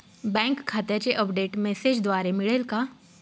Bank खात्याचे update मेसेजद्वारे मिळेल का?